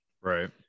Right